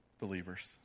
believers